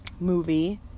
Movie